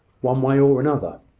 one way or another.